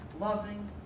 loving